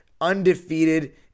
undefeated